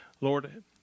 Lord